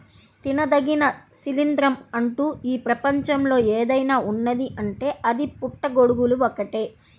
తినదగిన శిలీంద్రం అంటూ ఈ ప్రపంచంలో ఏదైనా ఉన్నదీ అంటే అది పుట్టగొడుగులు ఒక్కటే